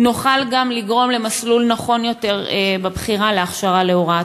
נוכל גם לגרום למִסלול נכון יותר בבחירה להכשרה להוראה.